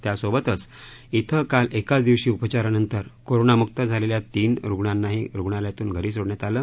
त्यासोबतच इथं काल एकाच दिवशी उपचारानंतर कोरोनामुक झालख्वा तीन रुग्णांनाही रुग्णालयातून घरी सोडण्यात आलं